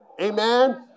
Amen